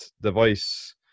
device